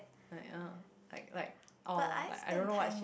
like uh like like orh like I don't what she